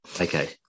Okay